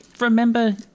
remember